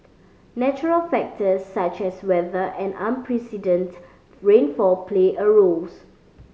natural factors such as weather and unprecedented rainfall play a roles